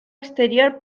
exterior